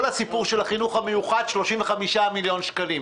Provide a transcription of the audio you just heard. כל הסיפור של החינוך המיוחד הוא 35 מיליון שקלים,